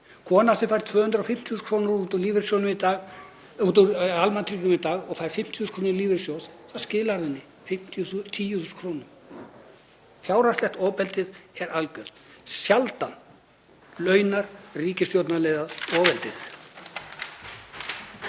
Kona sem fær 250.000 kr. út úr almannatryggingum í dag og fær 50.000 kr. úr lífeyrissjóði — það skilar henni 10.000 kr. Fjárhagslega ofbeldið er algjört. Sjaldan launa ríkisstjórnarliðar ofeldið.